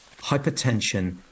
hypertension